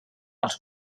als